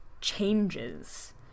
changes